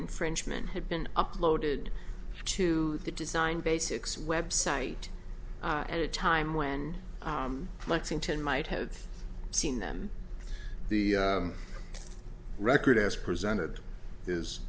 infringement had been uploaded to the design basics website at a time when lexington might have seen them the record as presented is